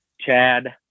chad